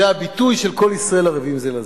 זה הביטוי "כל ישראל ערבים זה לזה".